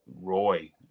Roy